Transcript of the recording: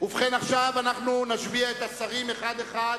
עכשיו נשביע את השרים אחד-אחד,